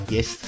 Yes